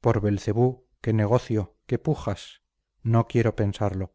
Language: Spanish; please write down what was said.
por belcebú qué negocio qué pujas no quiero pensarlo